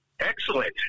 Excellent